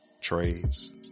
trades